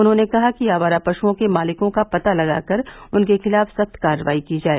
उन्होंने कहा कि आवारा पशुओं के मालिकों का पता लगाकर उनके खिलाफ सख्त कार्रवाई की जाए